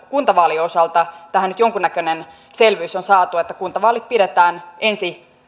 kuntavaalien osalta tähän nyt jonkunnäköinen selvyys on saatu että kuntavaalit pidetään ensi